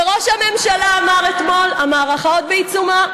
וראש הממשלה אמר אתמול: המערכה עוד בעיצומה,